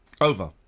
Over